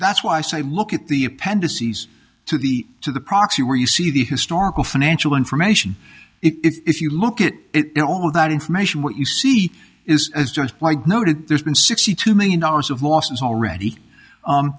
that's why i say look at the appendices to the to the proxy where you see the historical financial information if you look at it all of that information what you see is as just noted there's been sixty two million dollars of losses already